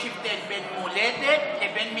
כאשר יש הבדל בין מולדת לבין מדינה.